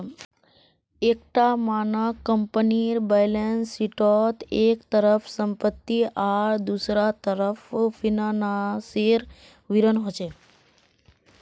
एक टा मानक कम्पनीर बैलेंस शीटोत एक तरफ सम्पति आर दुसरा तरफ फिनानासेर विवरण होचे